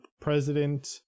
president